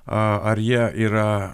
a ar jie yra